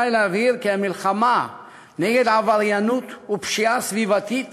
עלי להבהיר כי המלחמה נגד עבריינות ופשיעה סביבתית